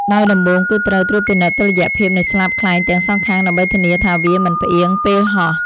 ដោយដំបូងគឺត្រូវត្រួតពិនិត្យតុល្យភាពនៃស្លាបខ្លែងទាំងសងខាង ដើម្បីធានាថាវាមិនផ្អៀងពេលហោះ។